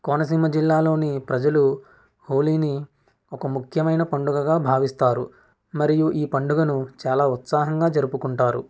కోనసీమ జిల్లాలోని ప్రజలు హోలీని ఒక ముఖ్యమైన పండుగగా భావిస్తారు మరియు ఈ పండుగను చాలా ఉత్సాహంగా జరుపుకుంటారు